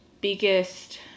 biggest